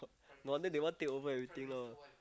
no wonder they want take over everything lah